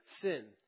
sin